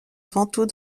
ventoux